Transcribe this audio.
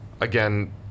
again